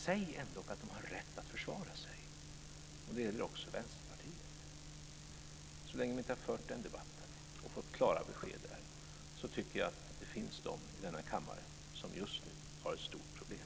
Säg ändock att de har rätt att försvara sig! Detta gäller också Vänsterpartiet. Så länge vi inte har fört den debatten och fått klara besked där tycker jag att det finns de i denna kammare som just nu har ett stort problem.